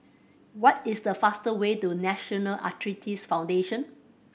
what is the fastest way to National Arthritis Foundation